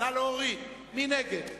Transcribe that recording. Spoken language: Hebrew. מי נגד?